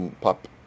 pop